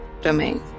domain